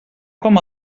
com